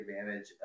advantage